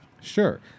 Sure